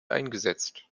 eingesetzt